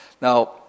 Now